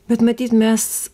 bet matyt mes